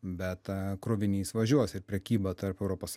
bet krovinys važiuos ir prekyba tarp europos